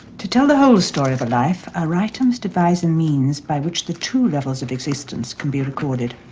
to tell the whole story of a life, a writer must devise a and means by which the two levels of existence can be recorded.